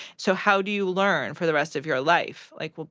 so how do you learn for the rest of your life? like, well,